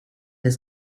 des